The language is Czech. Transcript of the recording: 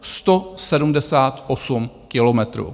Sto sedmdesát osm kilometrů.